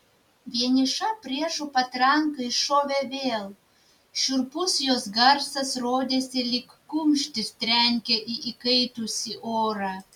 vieniša priešų patranka iššovė vėl šiurpus jos garsas rodėsi lyg kumštis trenkia į įkaitusį orą